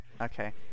Okay